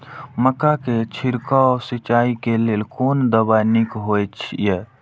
मक्का के छिड़काव सिंचाई के लेल कोन दवाई नीक होय इय?